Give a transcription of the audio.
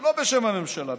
לא בשם הממשלה,